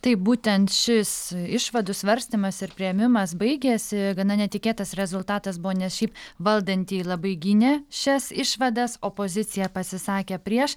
taip būtent šis išvadų svarstymas ir priėmimas baigėsi gana netikėtas rezultatas buvo nes šiaip valdantieji labai gynė šias išvadas opozicija pasisakė prieš